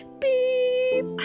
beep